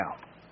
now